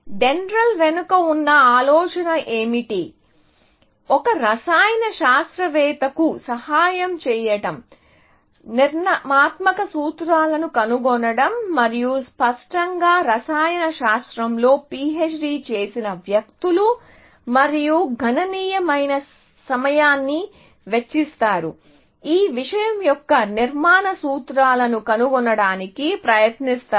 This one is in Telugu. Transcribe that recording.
డెండ్రాళ్ వెనుక ఉన్న ఆలోచన ఏమిటంటే ఒక రసాయన శాస్త్రవేత్తకు సహాయం చేయడం నిర్మాణాత్మక సూత్రాలను కనుగొనడం మరియు స్పష్టంగా రసాయన శాస్త్రంలో PHD చేసిన వ్యక్తులు వారి గణనీయమైన సమయాన్ని వెచ్చిస్తారు ఈ విషయం యొక్క నిర్మాణ సూత్రాలను కనుగొనడానికి ప్రయత్నిస్తారు